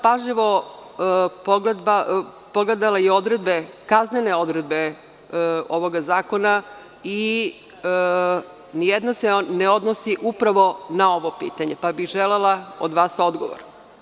Pažljivo sam pogledala i kaznene odredbe ovog zakona i ni jedna se ne odnosi upravo na ovo pitanje, pa bih želela od vas odgovor.